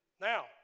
Now